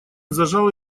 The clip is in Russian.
зажал